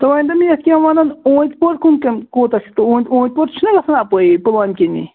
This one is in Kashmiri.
تُہۍ ؤنۍتو مےٚ یتھ کیٛاہ وَنان اوٗنتۍ پوٗرکُن کٔمۍ کوٗتاہ چھُ اوٗنتۍ پوٗر چھُناہ گَژھان اَپٲری پُلوٲمۍ کِنی